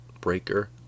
Breaker